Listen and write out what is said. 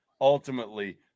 ultimately